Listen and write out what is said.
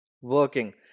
Working